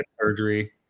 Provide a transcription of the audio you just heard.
surgery